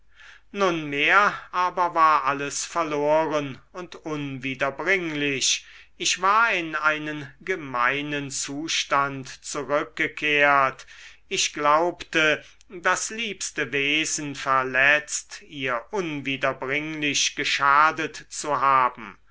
nunmehr aber war alles verloren und unwiederbringlich ich war in einen gemeinen zustand zurückgekehrt ich glaubte das liebste wesen verletzt ihr unwiederbringlich geschadet zu haben